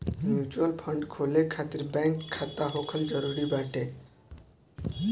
mutual fund खोले खातिर bank खाता होखल जरुरी बाटे